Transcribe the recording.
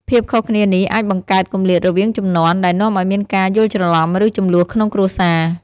ភាពខុសគ្នានេះអាចបង្កើតគម្លាតរវាងជំនាន់ ដែលនាំឱ្យមានការយល់ច្រឡំ ឬជម្លោះក្នុងគ្រួសារ។